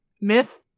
Myth